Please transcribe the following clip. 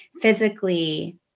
physically